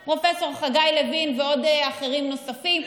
פרופ' חגי לוין ואחרים נוספים.